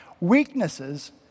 Weaknesses